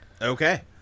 Okay